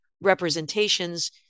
representations